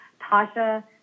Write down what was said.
Tasha